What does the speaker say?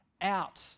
out